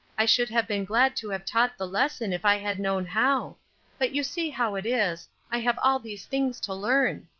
i should have been glad to have taught the lesson if i had known how but you see how it is i have all these things to learn.